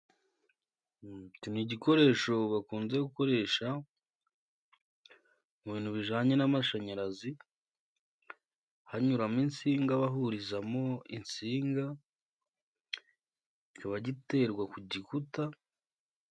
Iki ni igikoresho bakunze gukoresha mu bintu bijyanye n'amashanyarazi, hanyuramo insinga, bahurizamo insinga kikaba giterwa ku gikuta...